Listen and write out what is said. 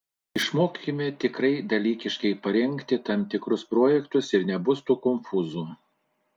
išmokime tikrai dalykiškai parengti tam tikrus projektus ir nebus tų konfūzų